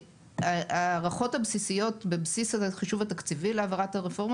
ההערכות הבסיסיות בבסיס החישוב התקציבי להעברת הרפורמה